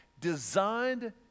designed